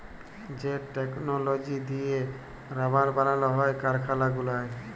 যে টেকললজি দিঁয়ে রাবার বালাল হ্যয় কারখালা গুলায়